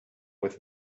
with